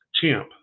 Champ